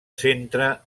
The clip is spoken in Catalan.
centre